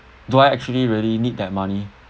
do I actually really need that money